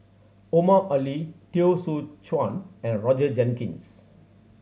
Omar Ali Teo Soon Chuan and Roger Jenkins